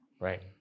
Right